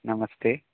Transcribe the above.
नमस्ते